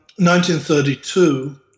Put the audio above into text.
1932